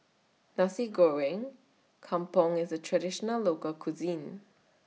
Nasi Goreng Kampung IS A Traditional Local Cuisine